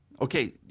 okay